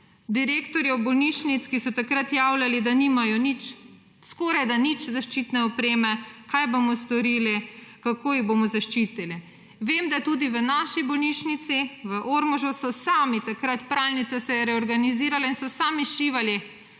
direktorjev bolnišnic, ki so takrat javljali, da nimajo nič, skorajda nič zaščitne opreme – kaj bomo storili, kako jih bomo zaščitili? Vem, da tudi v naši bolnišnici v Ormožu so takrat sami, pralnice so se reorganizirale, so sami šivali